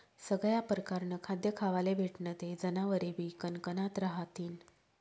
सगया परकारनं खाद्य खावाले भेटनं ते जनावरेबी कनकनात रहातीन